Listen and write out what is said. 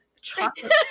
chocolate